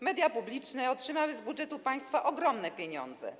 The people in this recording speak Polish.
Media publiczne otrzymały z budżetu państwa ogromne pieniądze.